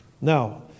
Now